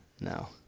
No